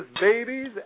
babies